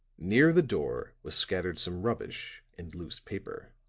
near the door was scattered some rubbish and loose paper.